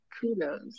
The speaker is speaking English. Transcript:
Kudos